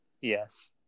Yes